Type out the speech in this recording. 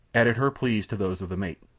added her pleas to those of the mate.